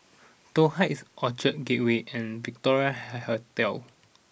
Toh Heights Orchard Gateway and Victoria Hotel